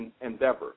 endeavor